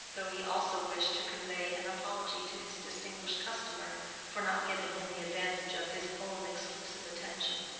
though he also wished to convey an apology to his distinguished customer for not giving him the advantage of his own exclusive attention.